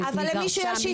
מי גר שם,